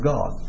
God